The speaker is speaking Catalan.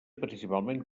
principalment